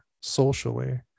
socially